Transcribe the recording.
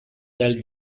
del